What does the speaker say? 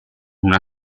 una